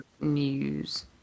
news